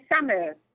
summer